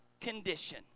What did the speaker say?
condition